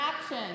action